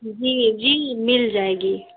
جی جی مل جائے گی